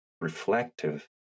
reflective